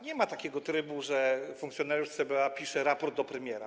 Nie ma takiego trybu, że funkcjonariusz CBA pisze raport do premiera.